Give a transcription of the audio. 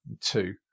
Two